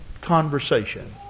conversation